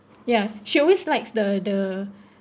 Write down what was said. ya she always likes the the